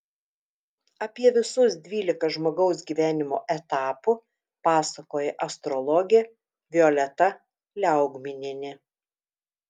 apie visus dvylika žmogaus gyvenimo etapų pasakoja astrologė violeta liaugminienė